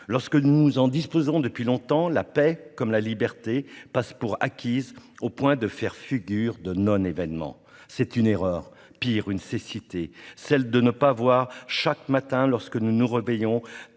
Lorsque nous en disposons depuis longtemps, la paix comme la liberté passent pour acquises au point de faire figure de non-événement. C'est une erreur, pis, une cécité, de ne pas voir que, chaque matin, lorsqu'elles se réveillent,